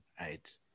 Right